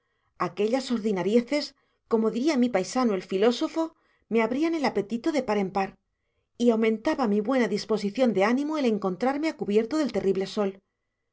aquellas ordinarieces como diría mi paisano el filósofo me abrían el apetito de par en par y aumentaba mi buena disposición de ánimo el encontrarme a cubierto del terrible sol